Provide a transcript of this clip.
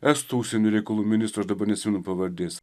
estų užsienio reikalų ministro aš dabar neatsimenu pavardės